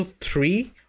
three